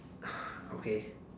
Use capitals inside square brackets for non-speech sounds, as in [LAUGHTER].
[BREATH] okay